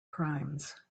crimes